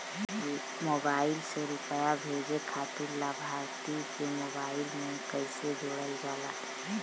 Mobile से रूपया भेजे खातिर लाभार्थी के मोबाइल मे कईसे जोड़ल जाला?